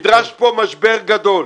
נדרש פה משבר גדול.